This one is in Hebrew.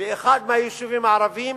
באחד היישובים הערביים,